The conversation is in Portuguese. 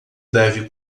deve